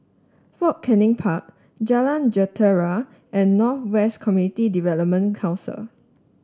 Fort Canning Park Jalan Jentera and North West Community Development Council